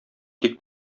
тик